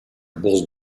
bourse